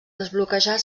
desbloquejar